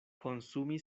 konsumi